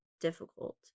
difficult